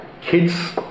Kids